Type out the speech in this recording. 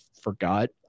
forgot